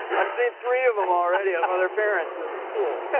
i've seen three of them already of other parents in the school